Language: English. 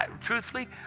Truthfully